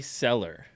seller